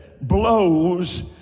blows